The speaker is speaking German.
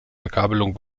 verkabelung